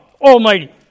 almighty